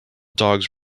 dogs